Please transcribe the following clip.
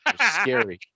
scary